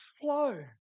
flow